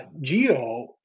geo